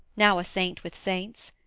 now a saint with saints.